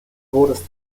würdest